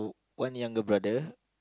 one younger brother